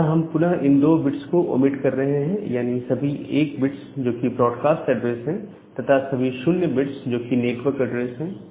यहां पुनः हम इन 2 को ओमीट कर रहे हैं यानी सभी 1 बिट्स जो कि ब्रॉडकास्ट एड्रेस है तथा सभी 0 बिट्स जो कि नेटवर्क एड्रेस है